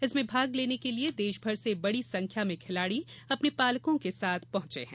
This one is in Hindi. इसमें भाग लेने के लिए देश भर से बड़ी संख्या में खिलाड़ी अपने पालकों के साथ पहुँचे है